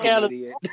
idiot